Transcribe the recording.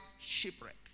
shipwreck